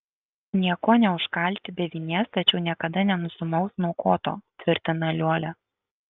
niekuo neužkalti be vinies tačiau niekada nenusimaus nuo koto tvirtina liuolia